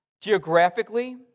Geographically